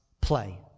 Play